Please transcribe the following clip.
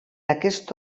aquests